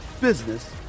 business